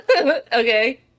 Okay